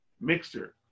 mixture